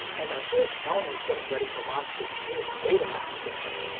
and i hear sony's getting ready to launch this new betamax system,